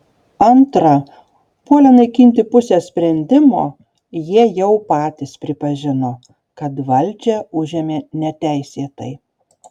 antra puolę naikinti pusę sprendimo jie jau patys pripažino kad valdžią užėmė neteisėtai